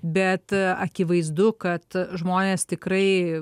bet akivaizdu kad žmonės tikrai